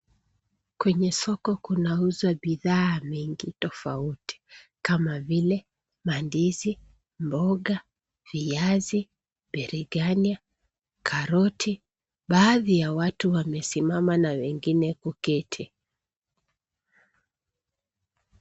Kwenye soko kunauza bidhaa mengi tofauti kama vile mandizi, mboga, viazi, biriganya, karoti. Baadhi ya watu wamesimama na wengine kuketi.